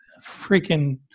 freaking –